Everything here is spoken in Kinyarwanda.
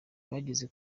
bageze